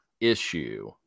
issue